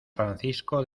francisco